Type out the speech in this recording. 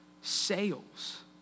sales